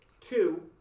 two